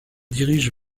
dirigent